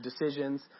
decisions